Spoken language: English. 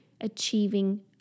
achieving